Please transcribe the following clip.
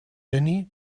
jenny